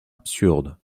absurde